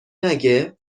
نگه